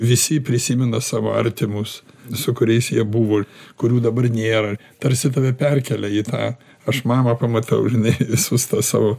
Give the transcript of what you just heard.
visi prisimena savo artimus su kuriais jie buvo kurių dabar nėra tarsi tave perkelia į tą aš mamą pamatau žinai visus tuos savo